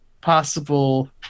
possible